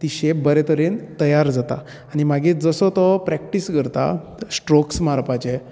ती शेप बरे तरेन तयार जाता आनी मागीर जसो तो प्रेक्टीस करता स्ट्रोक्स मारपाचे